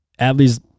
Adley's